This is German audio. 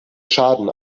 schaden